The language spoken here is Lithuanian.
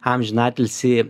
amžiną atilsį